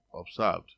observed